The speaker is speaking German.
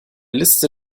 liste